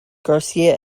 garcia